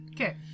Okay